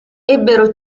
ebbero